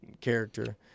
character